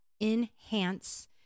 enhance